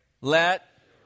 let